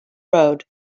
road